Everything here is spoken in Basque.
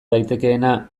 daitekeena